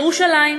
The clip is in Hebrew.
ירושלים,